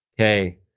Okay